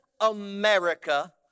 America